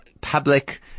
public